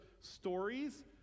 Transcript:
stories